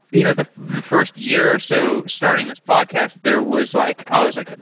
you know the the first year or so starting this podcast, there was like i was like,